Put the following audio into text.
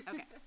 Okay